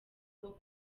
bwo